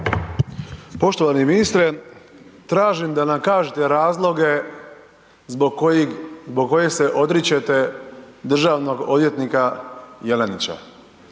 Poštovani ministre, tražim da nam kažete razloge zbog kojih, zbog kojeg se odričete državnog odvjetnika Jelenića.